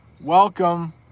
Welcome